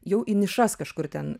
jau į nišas kažkur ten